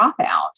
dropout